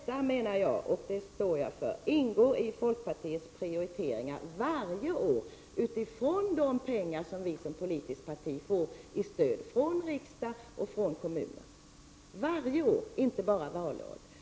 Jag menar att detta, och det står jag för, ingår i folkpartiets prioriteringar varje år vid fördelningen av de pengar som folkpartiet som politiskt parti får i stöd från riksdag och från kommuner. Det gäller varje år, inte bara valår.